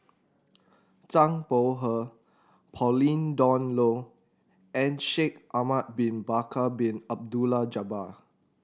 Zhang Bohe Pauline Dawn Loh and Shaikh Ahmad Bin Bakar Bin Abdullah Jabbar